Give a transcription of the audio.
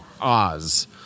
Oz